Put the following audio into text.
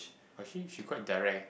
actually she quite direct eh